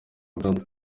gatandatu